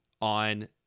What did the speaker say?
on